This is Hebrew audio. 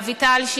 לאביטל,